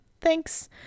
Thanks